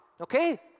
Okay